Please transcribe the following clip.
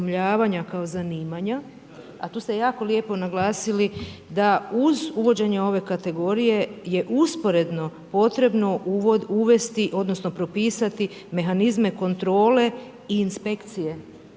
kao zanimanja, a tu ste jako lijepo naglasili da uz uvođenje ove kategorije je usporedno potrebno uvesti odnosno propisati mehanizme kontrole i inspekcije